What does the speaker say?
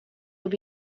will